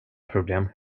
problem